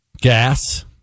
gas